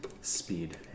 speed